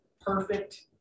perfect